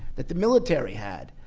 that the military had.